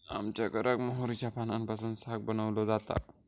आमच्या घराक मोहरीच्या पानांपासून साग बनवलो जाता